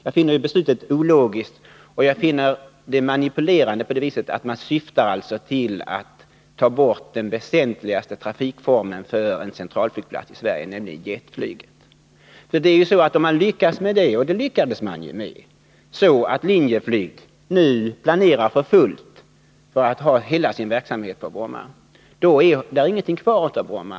Jag finner beslutet ologiskt, och jag finner det manipulerande på så sätt att man syftar till att ta bort den väsentligaste trafikformen för en centralflygplatsi Sverige, nämligen jetflyget. Om man lyckas med det — och det har man ju lyckats med så att Linjeflyg nu för fullt planerar att ha hela sin verksamhet på Arlanda — är det ingenting kvar av Bromma.